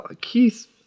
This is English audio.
Keith